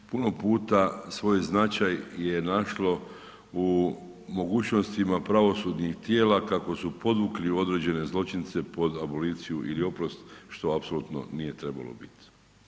Puno puta svoj značaj je našlo u mogućnostima pravosudnih tijela kako su podvukli određene zločince pod aboliciju ili oprost, što apsolutno nije trebalo biti.